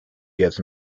gives